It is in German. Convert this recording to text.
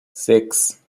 sechs